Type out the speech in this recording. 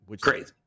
crazy